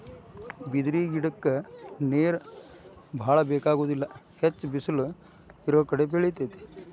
ಬಿದಿರ ಗಿಡಕ್ಕ ನೇರ ಬಾಳ ಬೆಕಾಗುದಿಲ್ಲಾ ಹೆಚ್ಚ ಬಿಸಲ ಇರುಕಡೆ ಬೆಳಿತೆತಿ